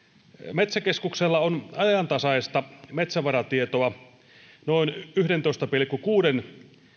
metsäkeskuksella on ajantasaista metsävaratietoa noin yhdentoista pilkku kuuden